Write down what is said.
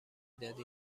دادی